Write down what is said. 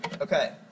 Okay